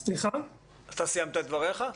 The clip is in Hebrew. אתה סיימת את דבריך?